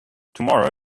tomorrow